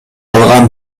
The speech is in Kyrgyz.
алган